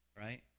right